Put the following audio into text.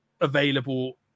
available